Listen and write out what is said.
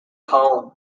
column